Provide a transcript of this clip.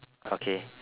okay